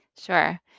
Sure